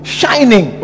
shining